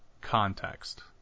context